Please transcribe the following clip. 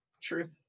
True